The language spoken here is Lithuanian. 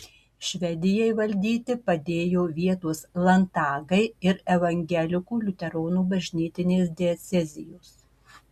švedijai valdyti padėjo vietos landtagai ir evangelikų liuteronų bažnytinės diecezijos